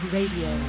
Radio